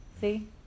See